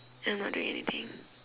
I'm not doing anything